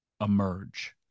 emerge